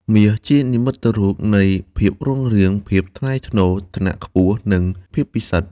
មាស ជានិមិត្តរូបនៃ ភាពរុងរឿង ភាពថ្លៃថ្នូរ ឋានៈខ្ពស់ និង ភាពពិសិដ្ឋ។